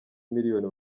miliyoni